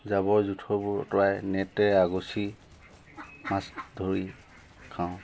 জাবৰ জোথৰবোৰ আতঁৰাই নেটে আগুচি মাছ ধৰি খাওঁ